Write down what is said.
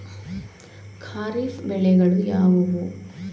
ಖಾರಿಫ್ ಬೆಳೆಗಳು ಯಾವುವು?